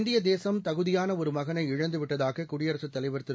இந்திய தேசும் தகுதியான ஒரு மகனை இழந்துவிட்டதாக குடியரசுத் தலைவர் திரு